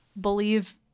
believe